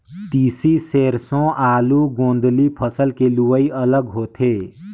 तिसी, सेरसों, आलू, गोदंली फसल के लुवई अलग होथे